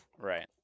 Right